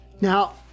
Now